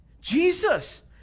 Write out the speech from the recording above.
Jesus